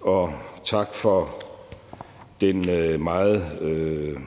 Og tak for den meget